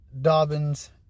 Dobbins